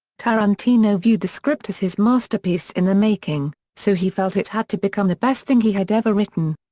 tarantino viewed the script as his masterpiece in the making, so he felt it had to become the best thing he had ever written.